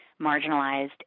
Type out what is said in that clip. marginalized